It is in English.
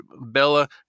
Bella